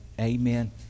Amen